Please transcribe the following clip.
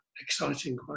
exciting